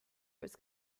was